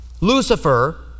Lucifer